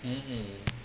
mm mm